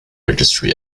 registry